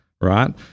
right